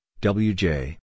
WJ